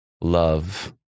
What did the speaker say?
love